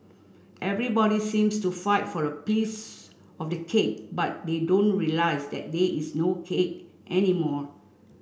everybody seems to fight for a piece of the cake but they don't realise that there is no cake anymore